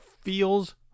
feels